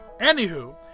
Anywho